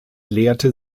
lehrte